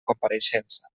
compareixença